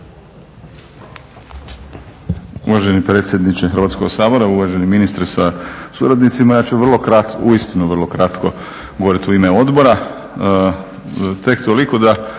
Uvaženi predsjedniče Hrvatskog sabora, uvaženi ministre sa suradnicima. Ja ću vrlo kratko uistinu vrlo kratko govoriti u ime odbora,